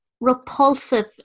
Repulsive